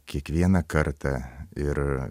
kiekvieną kartą ir